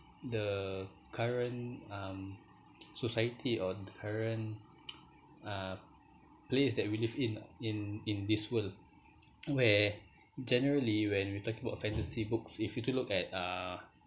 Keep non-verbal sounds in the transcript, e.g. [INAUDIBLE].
the current um [NOISE] society or current [NOISE] uh place that we live in in in this world [NOISE] where generally when we're talking about fantasy books if you to look at uh